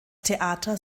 theater